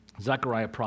Zechariah